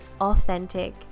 authentic